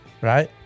right